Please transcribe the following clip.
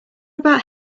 about